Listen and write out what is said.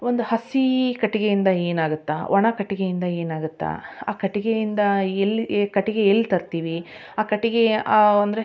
ಒಂದು ಹಸೀ ಕಟ್ಟಿಗೆಯಿಂದ ಏನು ಆಗುತ್ತೆ ಒಣ ಕಟ್ಟಿಗೆಯಿಂದ ಏನು ಆಗುತ್ತೆ ಆ ಕಟ್ಟಿಗೆಯಿಂದ ಎಲ್ಲ ಏ ಕಟ್ಟಿಗೆ ಎಲ್ಲಿ ತರ್ತೀವಿ ಆ ಕಟ್ಟಿಗೆ ಅಂದರೆ